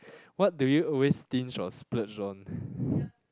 what do you always stinge or splurge on